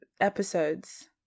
episodes